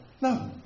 no